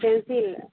pencil